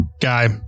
guy